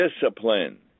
discipline